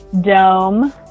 Dome